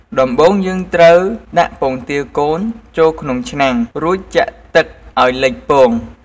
ដំបូងយើងត្រូវ ដាក់ពងទាកូនចូលក្នុងឆ្នាំង រួចចាក់ទឹកឱ្យលិចពង។